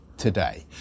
today